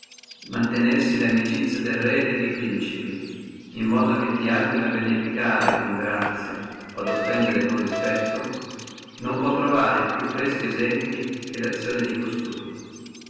della nuova mantenere lamicizie de re e de principi in modo che ti abbino o a beneficare con grazia o offendere con respetto non può trovare e più freschi esempli che le azioni di costui